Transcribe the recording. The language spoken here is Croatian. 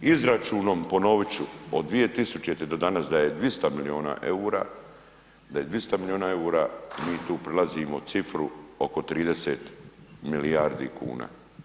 Izračunom, ponovit ću od 2000. do danas da je 200 miliona EUR-a, da je 200 miliona EUR-a mi tu prelazimo cifru oko 30 milijardi kuna.